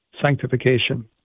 sanctification